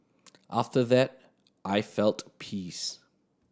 after that I felt peace